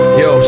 yo